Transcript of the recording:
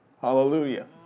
Hallelujah